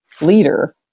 leader